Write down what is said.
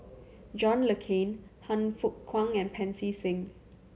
John Le Cain Han Fook Kwang and Pancy Seng